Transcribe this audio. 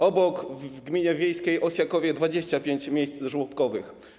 Obok, w gminie wiejskiej Osjakowie, 25 miejsc żłobkowych.